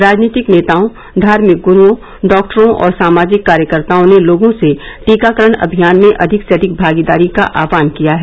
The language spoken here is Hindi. राजनीतिक नेताओं धार्मिक गुरुओं डॉक्टरों और सामाजिक कार्यकर्ताओं ने लोगों से टीकाकरण अभियान में अधिक से अधिक भागीदारी का आह्वान किया है